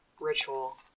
ritual